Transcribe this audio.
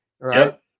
right